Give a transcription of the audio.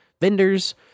vendors